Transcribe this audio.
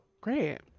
Great